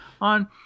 on